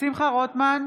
שמחה רוטמן,